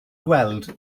gweld